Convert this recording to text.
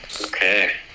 Okay